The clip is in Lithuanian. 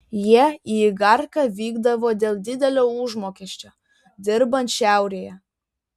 jie į igarką vykdavo dėl didelio užmokesčio dirbant šiaurėje